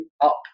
up